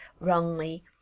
wrongly